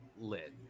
lit